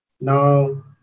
Now